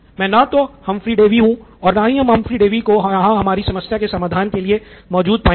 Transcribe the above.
मैं न तो हम्फ्री डेवी हूं और न ही हम्फ्री डेवी यहाँ हमारी समस्या के समाधान के लिए मौजूद हैं